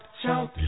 shout